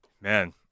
Man